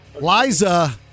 Liza